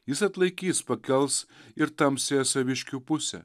jis atlaikys pakels ir tamsiąją saviškių pusę